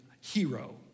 hero